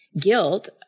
guilt